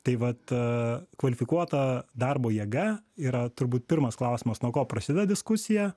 tai vat kvalifikuota darbo jėga yra turbūt pirmas klausimas nuo ko prasideda diskusija